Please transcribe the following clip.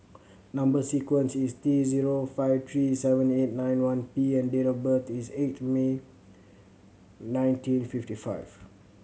number sequence is T zero five three seven eight nine one P and date of birth is eight May nineteen fifty five